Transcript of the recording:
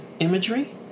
imagery